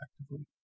effectively